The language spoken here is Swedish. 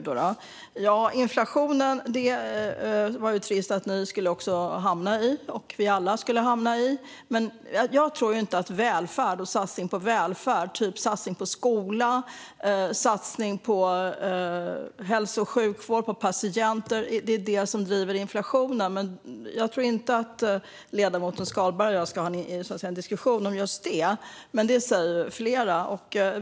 Det var ju trist att ni - och vi alla - skulle hamna i en inflation. Men jag tror inte att välfärd och satsningar på den, typ satsning på skola, på hälso och sjukvård och på patienter, är det som driver inflationen. Jag tror inte heller att ledamoten Skalberg Karlsson och jag ska ha en diskussion om just detta, men det finns flera som säger att det är så.